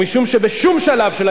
בוודאי לא המודרנית,